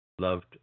Loved